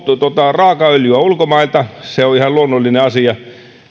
raakaöljyä ulkomailta se on ihan luonnollinen asia